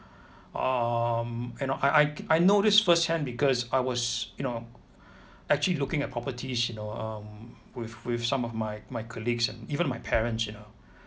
um and know I I I know this first hand because I was you know actually looking at properties you know um with with some of my my colleagues and even my parents you know